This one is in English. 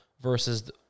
versus